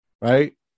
right